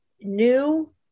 new